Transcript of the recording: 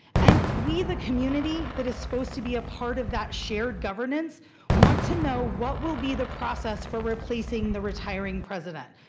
and we the community that is supposed to be a part of that shared governance want to know what will be the process for replacing the retiring president.